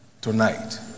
tonight